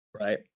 Right